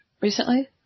recently